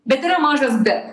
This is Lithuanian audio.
bet yra mažas bet